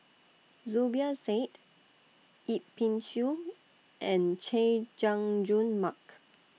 Zubir Said Yip Pin Xiu and Chay Jung Jun Mark